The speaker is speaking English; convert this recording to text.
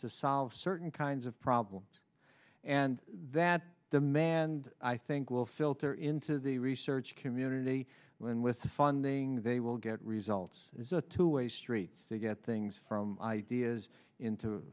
to solve certain kinds of problems and that demand i think will filter into the research community when with the funding they will get results is a two way street to get things from ideas into